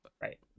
Right